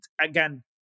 again